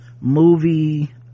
movie